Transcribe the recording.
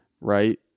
right